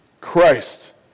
Christ